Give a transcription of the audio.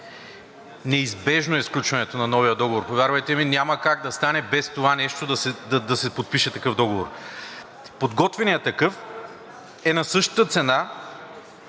Неизбежно е сключването на новия договор, повярвайте ми. Няма как да стане, без да се подпише такъв договор. Подготвеният такъв е на същата цена,